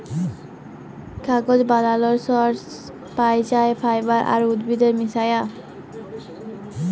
কাগজ বালালর সর্স পাই যাই ফাইবার আর উদ্ভিদের মিশায়া